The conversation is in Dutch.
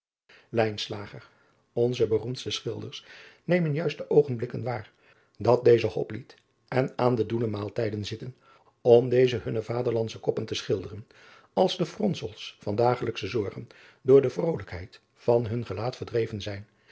nze beroemdste schilders nemen juist de oogenblikken waar dat deze oplied en driaan oosjes zn et leven van aurits ijnslager aan de oelenmaaltijden zitten om deze hunne vaderlandsche koppen te schilderen als de fronsels van dagelijksche zorgen door de vrolijkheid van hun gelaat verdreven zijn